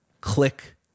click